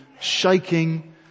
shaking